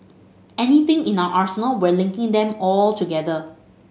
anything in our arsenal we're linking them all together